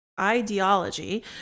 Ideology